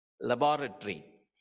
laboratory